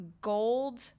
gold